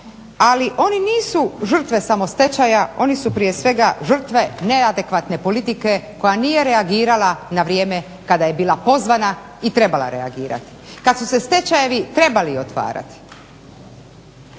Ali oni nisu samo stečaja oni su prije svega žrtve neadekvatne politike koja nije reagirala na vrijeme kada je bila pozvana i trebala reagirati, kada su se stečajevi trebali otvarati.